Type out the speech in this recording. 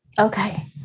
Okay